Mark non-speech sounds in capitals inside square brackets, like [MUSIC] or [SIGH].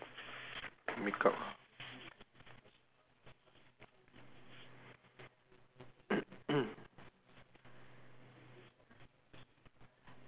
make up [COUGHS]